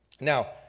Now